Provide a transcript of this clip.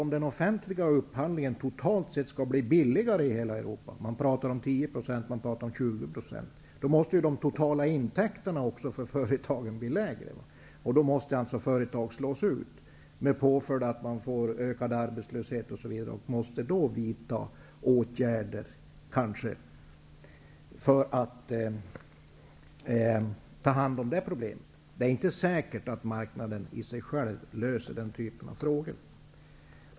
Om den offentliga upphandlingen totalt sett skall bli billigare i hela Europa, det talas om 10--20 %, måste också de totala intäkterna för företagen bli lägre. Då slås alltså företag ut, med påföljden ökad arbetslöshet osv. Då måste åtgärder vidtas för att ta hand om det problemet. Det är inte säkert att marknaden i sig själv löser den typen av problem.